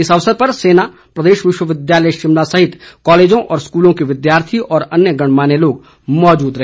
इस अवसर पर सेना प्रदेश विश्वविद्यालय शिमला सहित कॉलेजों व स्कूलों के विद्यार्थी और अन्य गणमान्य लोग मौजूद रहे